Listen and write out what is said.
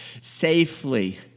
safely